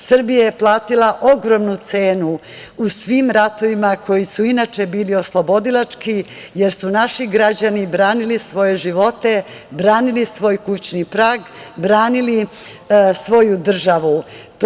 Srbija je platila ogromnu cenu u svim ratovima koji su, inače bili oslobodilački, jer su naši građani branili svoje živote, branili svoj kućni prag, branili svoju državu.